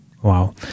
Wow